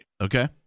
Okay